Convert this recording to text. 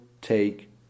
take